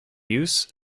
use